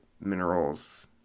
minerals